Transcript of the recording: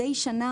מדי שנה,